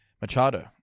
Machado